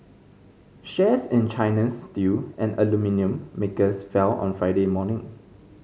shares in China's steel and aluminium makers fell on Friday morning